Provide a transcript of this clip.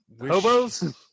Hobos